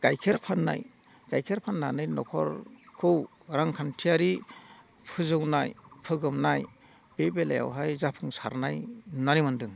गाइखेर फाननाय गाइखेर फाननानै न'खरखौ रांखान्थियारि फोजौनाय फोगोमनाय बे बेलायावहाय जाफुंसारनाय नुनानै मोन्दों